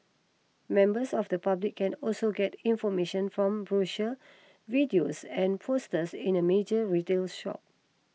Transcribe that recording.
members of the public can also get information from brochures videos and posters in a major retails shops